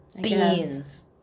beans